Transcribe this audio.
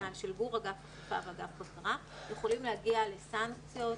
לדוגמה --- יכולים להגיע לסנקציות,